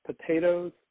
potatoes